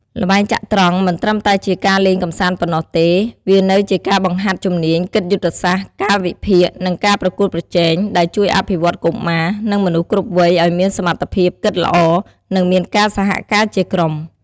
ល្បែងចត្រង្គមិនត្រឹមតែជាការលេងកំសាន្តប៉ុណ្ណោះទេ វានៅជាការបង្ហាត់ជំនាញគិតយុទ្ធសាស្ត្រ ការវិភាគ និងការប្រកួតប្រជែង ដែលជួយអភិវឌ្ឍកុមារ និងមនុស្សគ្រប់វ័យឲ្យមានសមត្ថភាពគិតល្អ និងមានការសហការជាក្រុម។